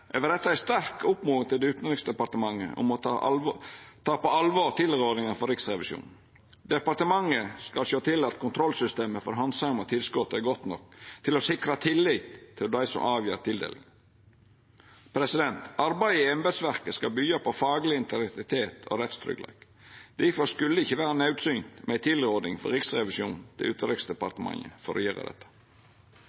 ei sterk oppmoding til Utanriksdepartementet om å ta på alvor tilrådinga frå Riksrevisjonen. Departementet skal sjå til at kontrollsystemet for handsaming av tilskot er godt nok til å sikra tillit til dei som avgjer kven som får tildelingar. Arbeidet i embetsverket skal byggja på fagleg integritet og rettstryggleik. Difor skulle det ikkje vera naudsynt med ei tilråding frå Riksrevisjonen til